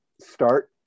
start